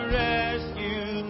rescue